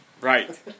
Right